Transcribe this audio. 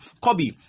Kobe